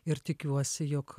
ir tikiuosi jog